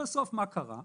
מה קרה בסוף?